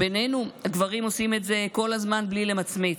בינינו, הגברים עושים את זה כל הזמן בלי למצמץ.